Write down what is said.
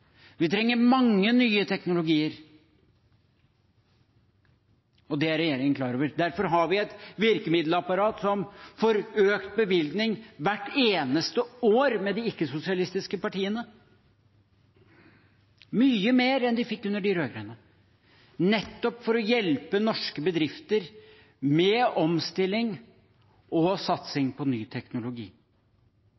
vi trenger mange nye teknologier. Det er regjeringen klar over, og derfor har vi et virkemiddelapparat som får økt bevilgning hvert eneste år fra de ikke-sosialistiske partiene – mye mer enn de fikk under de rød-grønne – nettopp for å hjelpe norske bedrifter med omstilling og